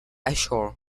ashore